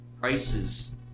prices